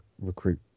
recruit